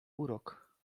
urok